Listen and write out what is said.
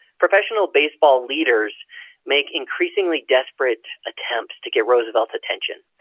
professional baseball leaders make increasingly desperate attempts to get roosevelt's attention.